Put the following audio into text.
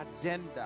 agenda